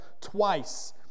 twice